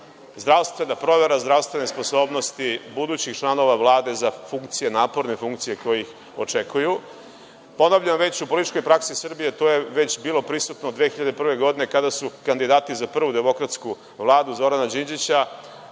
zdravstvena provera zdravstvene sposobnosti budućih članova Vlade za funkcije, naporne funkcije koje ih očekuju. Ponavljam, u političkoj praksi Srbije to je već bilo prisutno 2001. godine kada su kandidati za prvu demokratsku Vladu Zorana Đinđića